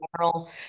general